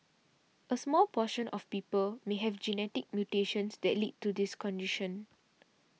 a small portion of people may have genetic mutations that lead to this condition